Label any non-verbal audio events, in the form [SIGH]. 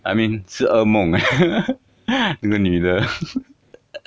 I mean 是噩梦 [LAUGHS] 那个女的 [LAUGHS]